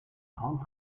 grande